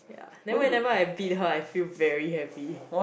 then whenever I beat her I feel very happy